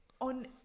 on